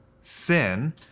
sin